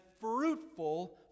fruitful